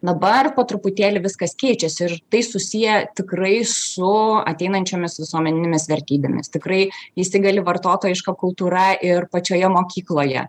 dabar po truputėlį viskas keičiasi ir tai susiję tikrai su ateinančiomis visuomeninėmis vertybėmis tikrai įsigali vartotojiška kultūra ir pačioje mokykloje